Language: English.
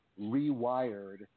rewired